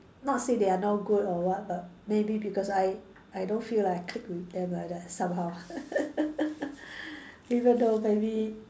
not say they are not good or what but maybe because I I don't feel like I click with them like that somehow even though maybe